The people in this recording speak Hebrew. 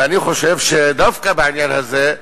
ואני חושב שדווקא בעניין הזה,